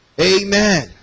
amen